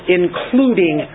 including